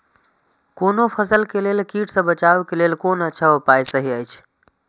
कोनो फसल के लेल कीट सँ बचाव के लेल कोन अच्छा उपाय सहि अछि?